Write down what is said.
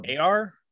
AR